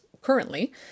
currently